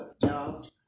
job